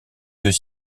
deux